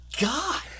god